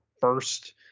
first